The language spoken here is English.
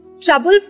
trouble